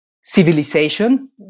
civilization